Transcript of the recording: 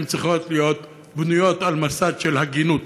הן צריכות להיות בנויות על מסד של הגינות,